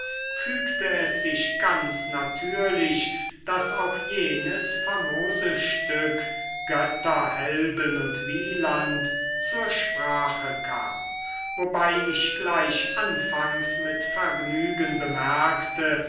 fügte es sich ganz natürlich daß auch jenes famose stück götter helden und wieland zur sprache kam wobei ich gleich anfangs mit vergnügen bemerkte